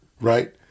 right